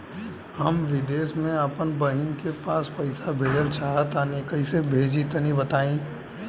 हम विदेस मे आपन बहिन के पास पईसा भेजल चाहऽ तनि कईसे भेजि तनि बताई?